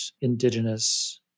indigenous